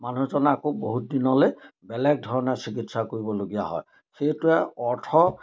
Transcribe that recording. মানুহজনে আকৌ বহুত দিনলৈ বেলেগ ধৰণে চিকিৎসা কৰিবলগীয়া হয় সেইটোৱে অৰ্থ